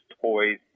toys